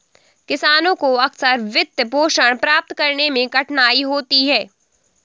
किसानों को अक्सर वित्तपोषण प्राप्त करने में कठिनाई होती है